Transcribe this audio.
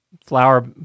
flower